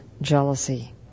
jealousy